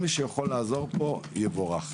מדובר פה בפיקוח נפש ובחיי אדם.